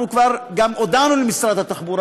אנחנו כבר גם הודענו למשרד התחבורה,